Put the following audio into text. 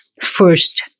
First